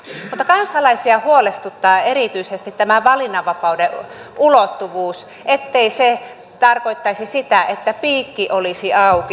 mutta kansalaisia huolestuttaa erityisesti tämä valinnanvapauden ulottuvuus ettei se tarkoittaisi sitä että piikki olisi auki